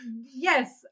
Yes